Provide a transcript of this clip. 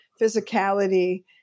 physicality